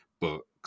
books